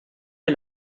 est